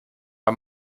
bei